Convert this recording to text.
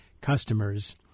customers